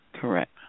Correct